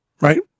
Right